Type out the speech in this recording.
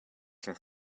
can